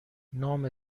نام